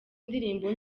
indirimbo